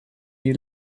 you